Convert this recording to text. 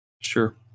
sure